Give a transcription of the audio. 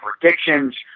predictions